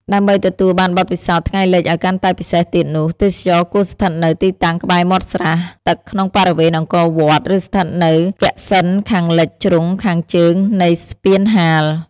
ដើម្បីទទួលបានបទពិសោធថ្ងៃលិចឲ្យកាន់តែពិសេសទៀតនោះ ទេសចរគួរស្ថិតនៅទីតាំងក្បែរមាត់ស្រះទឹកក្នុងបរិវេណអង្គរវត្ត ឬស្ថិតនៅកសិណខាងលិចជ្រុងខាងជើងនៃស្ពានហាល។